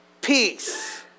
Peace